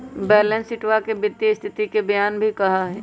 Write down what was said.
balance शीटवा के वित्तीय स्तिथि के बयान भी कहा हई